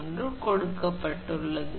1 கொடுக்கப்பட்டுள்ளது